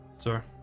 Sir